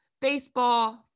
baseball